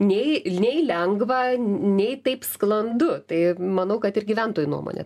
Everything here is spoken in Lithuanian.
nei nei lengva nei taip sklandu tai manau kad ir gyventojų nuomonė